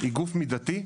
היא גוף מידתי,